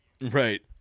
Right